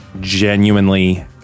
genuinely